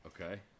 Okay